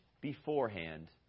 beforehand